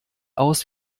aus